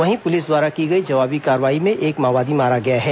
वहीं पुलिस द्वारा की गई जवाबी कार्रवाई में एक माओवादी मारा गया है